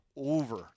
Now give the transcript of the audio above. Over